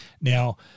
Now